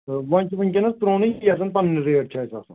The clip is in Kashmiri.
تہٕ وۅنۍ چھُ وُنکٮ۪نَس پرٛونُے یۅس زَن پَنٕنۍ ریٹ چھِ اَسہِ آسان